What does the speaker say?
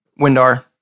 Windar